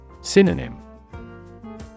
Synonym